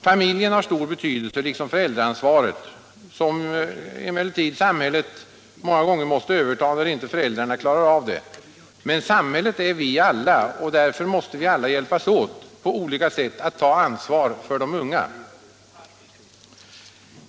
Familjen har stor betydelse, liksom föräldraansvaret, vilket emellertid samhället många gånger måste överta när inte föräldrarna klarar av det. Men samhället är vi alla, och därför måste vi alla hjälpas åt på olika sätt att ta ansvar för de unga.